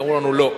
אמרו לנו לא,